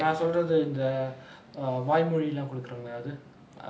நா சொல்றது இந்த வாய் மொழிலாம் குடுக்குறாங்கள அது:naa solrathu intha vaai molilaam kudukkurangala athu err